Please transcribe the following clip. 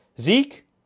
Zeke